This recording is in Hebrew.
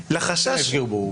לא יפגעו בו.